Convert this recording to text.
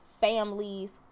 families